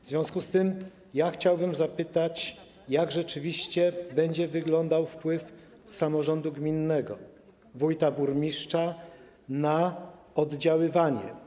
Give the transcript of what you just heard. W związku z tym chciałbym zapytać, jak rzeczywiście będzie wyglądał wpływ samorządu gminnego - wójta, burmistrza - i jego oddziaływanie.